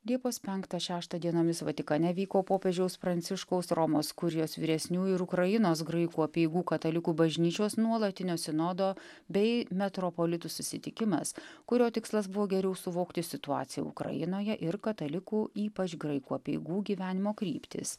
liepos penktą šeštą dienomis vatikane vyko popiežiaus pranciškaus romos kurijos vyresniųjų ir ukrainos graikų apeigų katalikų bažnyčios nuolatinio sinodo bei metropolitų susitikimas kurio tikslas buvo geriau suvokti situaciją ukrainoje ir katalikų ypač graikų apeigų gyvenimo kryptis